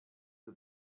you